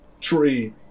Tree